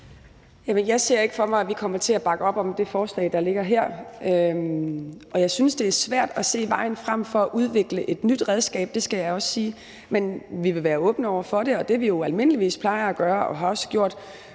jeg ser ikke for mig, at vi kommer til at bakke op om det forslag, der ligger her, og jeg synes, det er svært at se vejen frem for at udvikle et nyt redskab, det skal jeg også sige. Men vi vil være åbne over for det, og det, vi almindeligvis plejer at gøre og også har